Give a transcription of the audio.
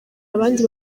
abandi